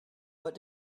what